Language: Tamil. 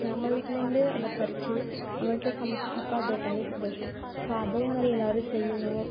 நம்ம வீட்டுலேந்து அதை பறித்து நம்ம வீட்டில் சமைத்து சாப்பிட்டா அது ஒரு தனி சந்தோஷம் ஸோ அதேமாதிரி எல்லோரும் செய்யணும்